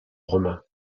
romains